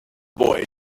boy